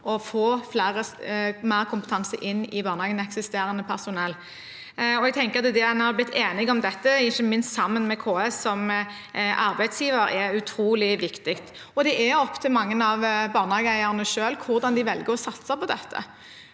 å få mer kompetanse inn i barnehagen i eksisterende personell. Det at en har blitt enig om dette, ikke minst sammen med KS som arbeidsgiver, er utrolig viktig. Det er opp til mange av barnehageeierne selv å velge hvordan de vil satse på dette.